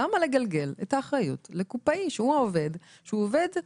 למה לגלגל את האחריות לקופאי שהוא העובד שעובד,